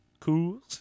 Cool